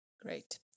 Great